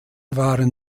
waren